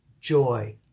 joy